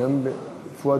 אדוני